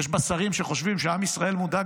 יש בה שרים שחושבים שעם ישראל מודאג